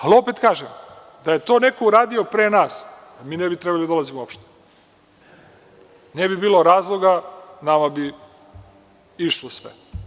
Ali, opet kažem, da je to neko uradio pre nas, mi ne bi trebali da dolazimo uopšte, ne bi bilo razloga, nama bi išlo sve.